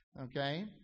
Okay